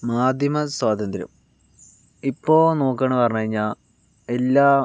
മാധ്യമ സ്വാതന്ത്ര്യം ഇപ്പോൾ നോക്കുകയാണ് പറഞ്ഞു കഴിഞ്ഞാൽ എല്ലാ